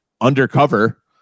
undercover